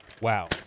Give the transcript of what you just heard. Wow